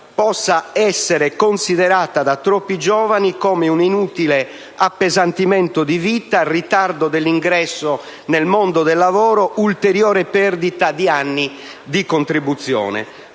possa essere considerata da troppi giovani come un inutile appesantimento di vita, un ritardo nell'ingresso nel mondo del lavoro, un'ulteriore perdita di anni di contribuzione.